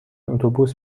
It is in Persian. اتوبوس